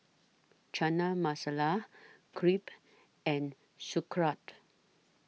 Chana Masala Crepe and Sauerkraut